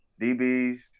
DBs